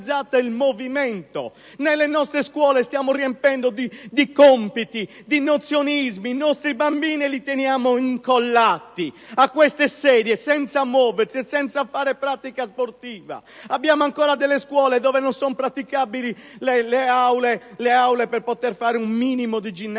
Nelle nostre scuole stiamo riempiendo di compiti e di nozionismi i nostri bambini e li teniamo incollati alle sedie senza farli muovere e senza far fare loro pratica sportiva. Abbiamo ancora scuole dove non sono praticabili le aule per fare un minimo di ginnastica,